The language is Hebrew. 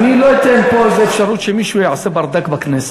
את יכולה לצעוק, אני לא מתכוון לענות לך בכלל.